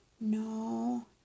No